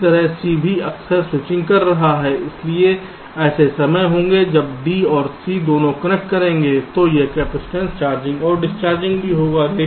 इसी तरह c भी अक्सर स्विचिंग कर रहा है इसलिए ऐसे समय होंगे जब d और c दोनों कंडक्ट करेंगे और यह कैपेसिटेंस चार्जिंग और डिस्चार्जिंग भी होगा